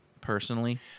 personally